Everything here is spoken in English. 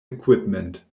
equipment